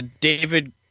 David